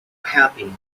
happy